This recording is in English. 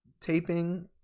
taping